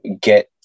get